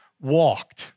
walked